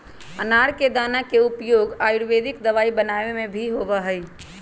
अनार के दाना के उपयोग आयुर्वेदिक दवाई बनावे में भी होबा हई